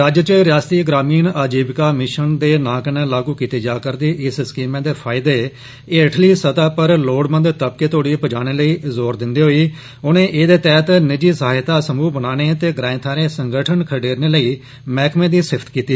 राज्य च रियासती ग्रामीण अजीविका मिशन दे नां कन्ने लागू कीती जा'रदी इस स्कीम दे फायदे हेठली स्तह उप्पर लोड़मंद तबके तोहड़ी पजाने लेर्द जोर दिंदे होई उनें एहदे तैहत नीजि सहायता समूह बनाने ते ग्राएं थाहरें संगठन खडेरने लेई मैहकमें दी सिफत कीती